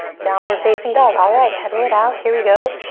downward facing dog. alright, pedal it out. here we go.